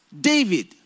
David